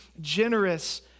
generous